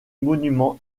monument